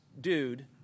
dude